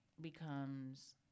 becomes